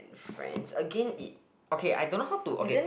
friends again it okay I don't know how to okay